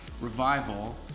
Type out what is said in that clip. revival